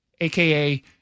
aka